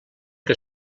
que